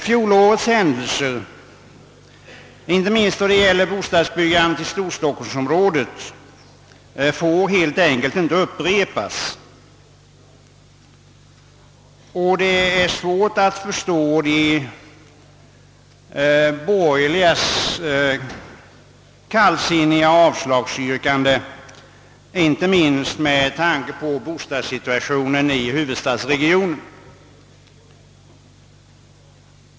Fjolårets händelser, inte minst i fråga om bostadsbyggandet i storstockholmsområdet, får helt enkelt inte upprepas. Det är svårt att förstå de borgerligas kallsinniga avslagsyrkande, särskilt med tanke på bostadssituationen i huvudstadsregionen.